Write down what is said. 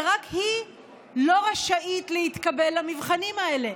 ורק היא לא רשאית להתקבל למבחנים האלה,